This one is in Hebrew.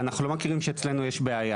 אנחנו לא מכירים שאצלנו יש בעיה,